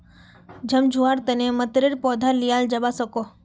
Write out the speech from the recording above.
सम्झुआर तने मतरेर पौधा लियाल जावा सकोह